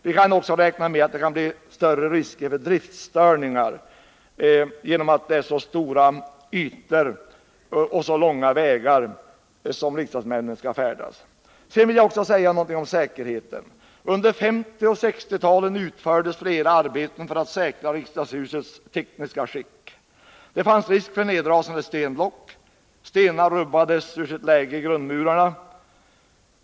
Vi kan också räkna med större risker för driftstörningar genom att det är så stora ytor och riksdagsmännen skall färdas så långa vägar. Sedan vill jag säga någonting om säkerheten. Under 1950 och 1960-talen utfördes flera arbeten för att säkra riksdagshusets tekniska skick. Det fanns risk för nedrasande stenblock. Stenar rubbades ur sitt läge i grundmurarna.